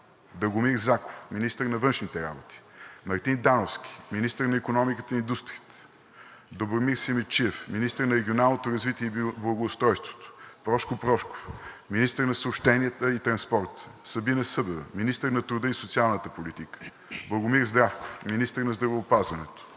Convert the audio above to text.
Драгомир Заков – министър на външните работи; - Мартин Дановски – министър на икономиката и индустрията; - Добромир Симидчиев – министър на регионалното развитие и благоустройството; - Прошко Прошков – министър на транспорта и съобщенията; - Събина Събева – министър на труда и социалната политика; - Благомир Здравков – министър на здравеопазването;